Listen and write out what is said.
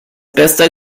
bester